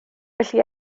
felly